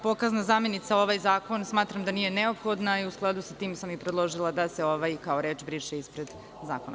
Pokazna zamenica u ovaj zakon smatram da nije neophodna i u skladu sa tim i predložila da se „ovaj“ kao reč briše ispred zakona.